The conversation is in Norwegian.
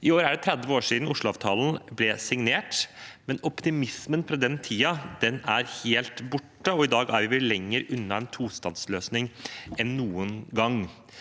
I år er det 30 år siden Oslo-avtalen ble signert, men optimismen fra den tiden er helt borte, og i dag er vi vel lenger unna en tostatsløsning enn noen gang.